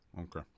Okay